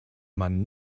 man